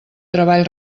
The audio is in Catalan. treball